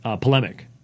polemic